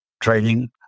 training